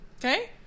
Okay